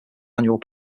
annual